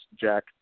Jack